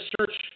search